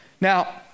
Now